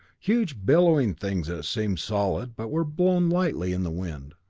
huge billowy things that seemed solid, but were blown lightly in the wind.